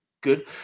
good